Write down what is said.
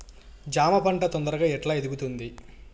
జామ పంట తొందరగా ఎట్లా ఎదుగుతుంది?